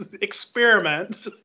experiment